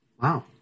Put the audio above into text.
Wow